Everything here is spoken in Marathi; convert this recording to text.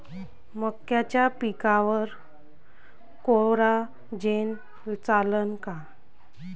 मक्याच्या पिकावर कोराजेन चालन का?